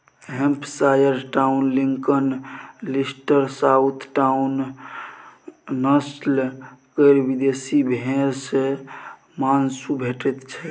Hampshire town, Lincoln, Leicester, south town, नस्ल केर विदेशी भेंड़ सँ माँसु भेटैत छै